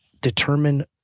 determine